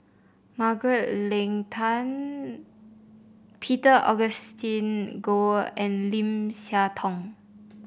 Margaret Leng Tan Peter Augustine Goh and Lim Siah Tong